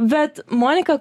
bet monika